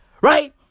Right